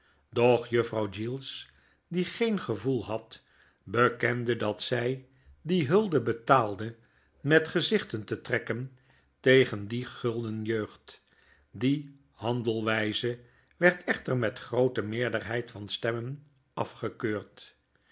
doch juffrouw giggles die geen gevoel had bekende dat zjj die hulde hetaalde met gezichten te trekken tegen die gulden jeugd die handelwyze werdechter met groote meerderheid van stemmen afgekeurd